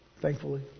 thankfully